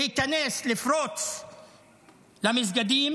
להיכנס ולפרוץ למסגדים,